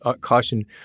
caution